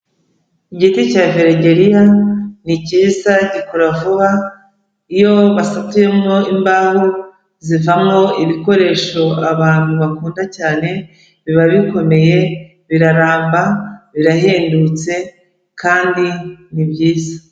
Igiti cya veregeriya, ni cyiza gikura vuba, iyo basayemo imbaho zivamo ibikoresho abantu bakunda cyane, biba bikomeye biraramba, birahendutse kandi ni byiza.